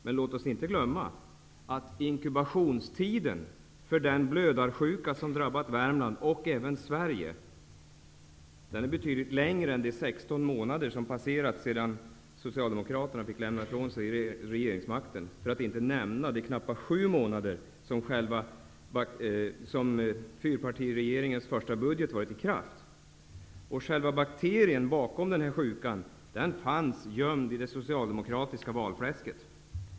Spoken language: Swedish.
Men låt oss inte glömma att inkubationstiden för den blödarsjuka som har drabbat Värmland och även Sverige är betydligt längre än de 16 månader som har passerat sedan Socialdemokraterna fick lämna ifrån sig regeringsmakten, för att inte nämna de knappa sju månader som fyrpartiregeringens första budget har varit i kraft. Själva bakterien bakom denna sjuka fanns gömd i det socialdemokratiska valfläsket.